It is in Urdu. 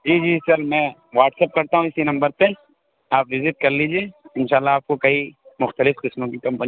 جی جی سر میں واٹسپ کرتا ہوں اسی نمبر سے آپ وزٹ کر لیجیے ان شاء اللہ آپ کو کئی مختلف قسم کی کمپنی